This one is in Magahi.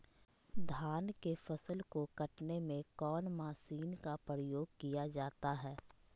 धान के फसल को कटने में कौन माशिन का उपयोग किया जाता है?